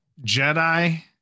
Jedi